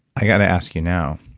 i've got to ask you now,